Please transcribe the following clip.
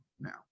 now